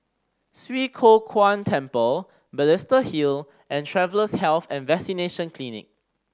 Swee Kow Kuan Temple Balestier Hill and Travellers' Health and Vaccination Clinic